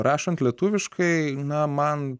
rašant lietuviškai na man